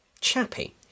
Chappy